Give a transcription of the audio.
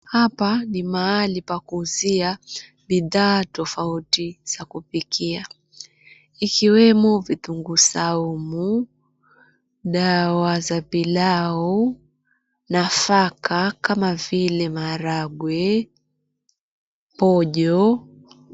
Hapa ni mahali pa kuuzia bidhaa tofauti za kupikia. Ikiwemo vitunguu saumu, dawa za pilau, nafaka kama vile maharagwe, pojo.